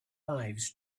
lives